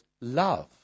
love